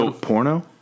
porno